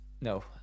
No